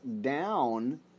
down